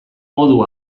modu